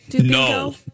No